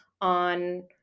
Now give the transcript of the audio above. on